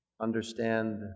understand